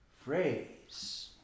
phrase